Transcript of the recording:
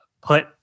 Put